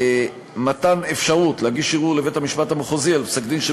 מתן אפשרות להגיש ערעור לבית-המשפט המחוזי על פסק-דין של